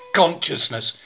consciousness